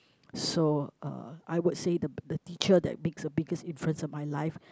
so uh I would say the the teacher that make the biggest difference of my life